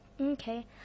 Okay